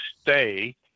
stay